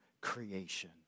creation